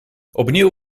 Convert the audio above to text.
opnieuw